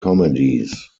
comedies